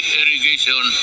irrigation